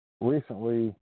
recently